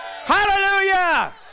Hallelujah